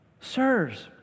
Sirs